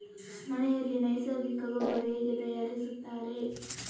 ಮನೆಯಲ್ಲಿ ನೈಸರ್ಗಿಕ ಗೊಬ್ಬರ ಹೇಗೆ ತಯಾರಿಸುತ್ತಾರೆ?